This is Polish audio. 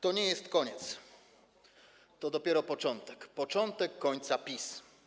To nie jest koniec, to dopiero początek, początek końca PiS.